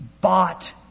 bought